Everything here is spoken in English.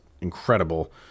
incredible